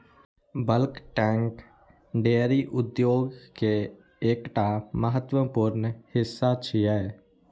bulk tank dairy उद्योग के एकटा महत्वपूर्ण हिस्सा छियै